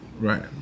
Right